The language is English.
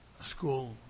school